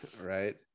right